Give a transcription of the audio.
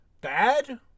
bad